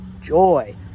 joy